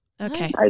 okay